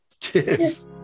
Cheers